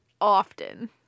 often